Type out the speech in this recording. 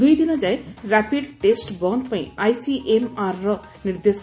ଦୁଇ ଦିନ ଯାଏ ରାପିଡ୍ ଟେଷ ବନ୍ଦ୍ ପାଇଁ ଆଇସିଏମ୍ଆର୍ର ନିର୍ଦ୍ଦେଶ